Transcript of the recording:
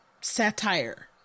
satire